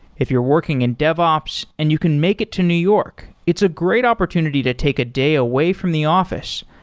if you're working in dev ops and you can make it to new york, it's a great opportunity to take a day away from the office.